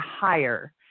higher